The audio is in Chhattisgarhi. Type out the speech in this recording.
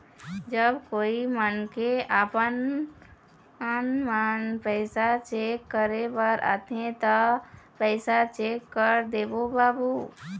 जब कोई मनखे आपमन पैसा चेक करे बर आथे ता पैसा चेक कर देबो बाबू?